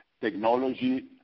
technology